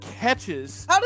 catches